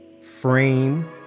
frame